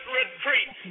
retreat